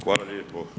Hvala lijepo.